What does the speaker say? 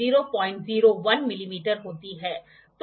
universal bevel protractor यह इस तरह दिखता है